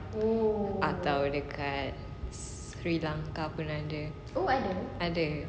atau dekat sri lanka pun ada ada